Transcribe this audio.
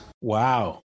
Wow